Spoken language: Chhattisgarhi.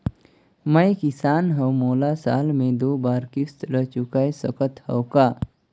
मैं किसान हव मोला साल मे दो बार किस्त ल चुकाय सकत हव का?